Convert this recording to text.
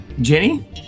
Jenny